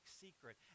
secret